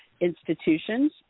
institutions